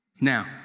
Now